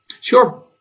Sure